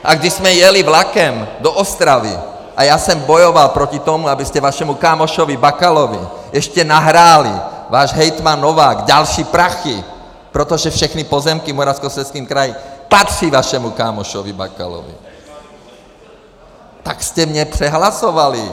A když jsme jeli vlakem do Ostravy a já jsem bojoval proti tomu, abyste vašemu kámošovi Bakalovi ještě nahráli, váš hejtman Novák, další prachy, protože všechny pozemky v Moravskoslezském kraji patří vašemu kámošovi Bakalovi, tak jste mě přehlasovali.